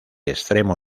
extremo